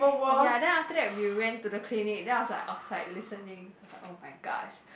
ya then after that we went to the clinic then I was like outside listening oh-my-god